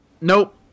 Nope